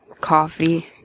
Coffee